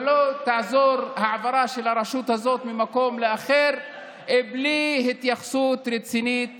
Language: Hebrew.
ולא תעזור העברה של הרשות הזאת ממקום לאחר בלי התייחסות רצינית